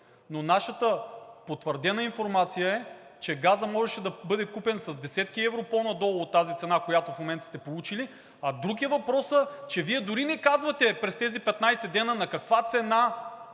Но нашата потвърдена информация е, че газът можеше да бъде купен с десетки евро по-надолу от тази цена, която в момента сте получили, а друг е въпросът, че Вие дори не казвате през тези 15 дена на каква цена,